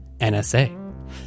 NSA